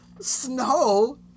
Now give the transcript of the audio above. Snow